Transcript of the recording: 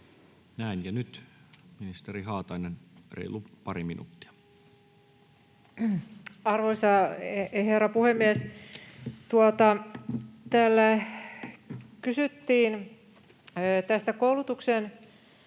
Näin. — Ja nyt ministeri Haatainen, reilu pari minuuttia. Arvoisa herra puhemies! Täällä kysyttiin tästä koulutuksesta